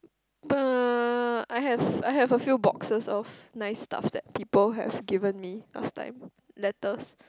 uh I have I have a few boxes of nice stuff that people have given me last time letters